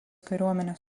kariuomenės